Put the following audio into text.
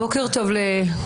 בוקר טוב לכולם,